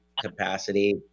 capacity